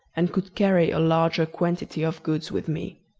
and could carry a larger quantity of goods with me.